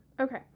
okay